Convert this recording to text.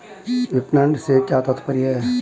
विपणन से क्या तात्पर्य है?